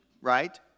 right